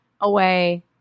away